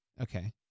Okay